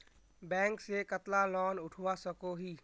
Bank से कतला loan उठवा सकोही?